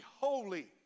holy